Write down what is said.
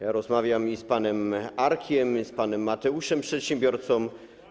Ja rozmawiam i z panem Arkiem, i z panem Mateuszem, przedsiębiorcą.